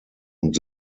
und